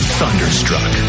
thunderstruck